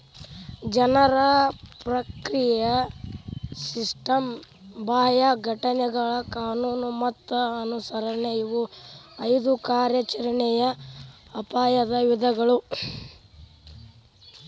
ಜನರ ಪ್ರಕ್ರಿಯೆಯ ಸಿಸ್ಟಮ್ ಬಾಹ್ಯ ಘಟನೆಗಳ ಕಾನೂನು ಮತ್ತ ಅನುಸರಣೆ ಇವು ಐದು ಕಾರ್ಯಾಚರಣೆಯ ಅಪಾಯದ ವಿಧಗಳು